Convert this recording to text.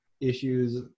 issues